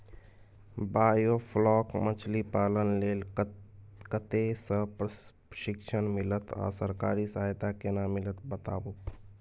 Biofloc मछलीपालन लेल कतय स प्रशिक्षण मिलत आ सरकारी सहायता केना मिलत बताबू?